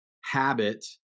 habit